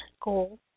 goal